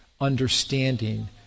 understanding